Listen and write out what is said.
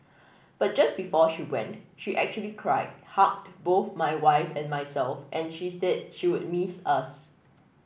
but just before she went she actually cried hugged both my wife and myself and she said she would miss us